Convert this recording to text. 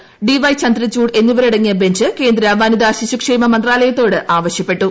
M D Y Chandrachud എന്നിവരടങ്ങിയ bench കേന്ദ്ര വനിതാ ശിശുക്ഷേമ മന്ത്രാലയത്തോട് ആവശ്യപ്പെട്ടു